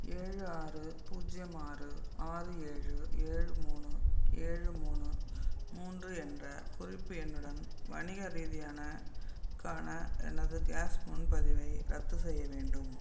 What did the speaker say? ஏழு ஆறு பூஜ்ஜியம் ஆறு ஆறு ஏழு ஏழு மூணு ஏழு மூணு மூன்று என்ற குறிப்பு எண்ணுடன் வணிக ரீதியான க்கான எனது கேஸ் முன்பதிவை ரத்து செய்ய வேண்டும்